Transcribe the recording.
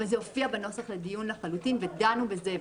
אבל זה הופיע בנוסח לדיון לחלוטין, ודנו בזה.